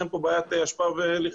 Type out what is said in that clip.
יש לכם פה בעיית אשפה ולכלוך,